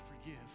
forgive